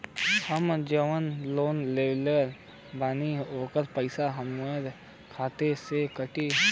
हम जवन लोन लेले बानी होकर पैसा हमरे खाते से कटी?